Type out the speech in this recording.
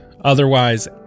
Otherwise